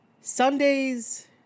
Sundays